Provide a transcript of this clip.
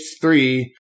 three